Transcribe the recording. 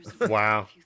wow